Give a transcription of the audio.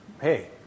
hey